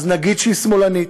אז נגיד שהיא שמאלנית,